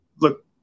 look